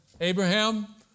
Abraham